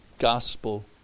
gospel